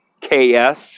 K's